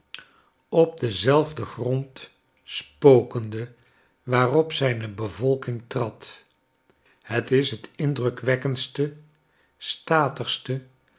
op denzelfden grond spokende waarop zijne bevolking trad het is het indrukwekkendste statigste